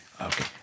Okay